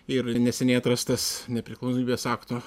ir neseniai atrastas nepriklausomybės akto